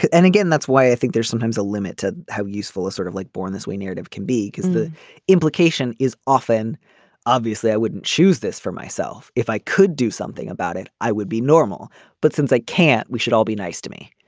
and again that's why i think there's sometimes a limit to how useful a sort of like born this way narrative can be because the implication is often obviously i wouldn't choose this for myself if i could do something about it. i would be normal but since i can't we should all be nice to me